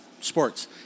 sports